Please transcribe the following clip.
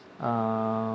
uh